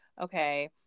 okay